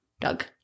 Doug